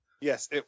Yes